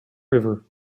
river